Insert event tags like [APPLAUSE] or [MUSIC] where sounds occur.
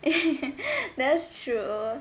[LAUGHS] that's true